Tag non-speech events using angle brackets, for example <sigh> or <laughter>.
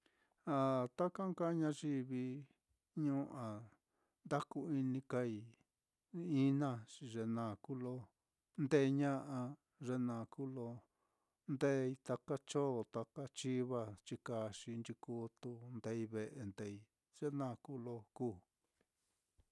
<hesitation> a taka nka ñayivi ñuu á, nda ku'ini kai ina xi ye naá kuu lo ndeeña'a, ye naá kuu lo ndeei taka cho, taka chiva chikaxi, nchikutu, ndeei ve'e ndeei, ye naá kuu lo kuu.